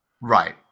right